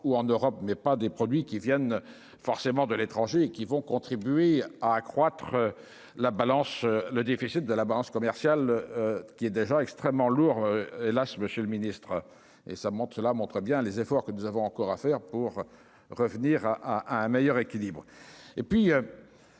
ou en Europe mais pas des produits qui viennent forcément de l'étranger qui vont contribuer à accroître la balance le déficit de la balance commerciale qui ait des gens extrêmement lourd, hélas, Monsieur le Ministre et ça monte, cela montre bien les efforts que nous avons encore à faire pour revenir à, à un meilleur équilibre